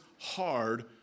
hard